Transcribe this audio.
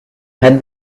had